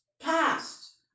past